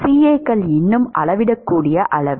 CAகள் இன்னும் அளவிடக்கூடிய அளவு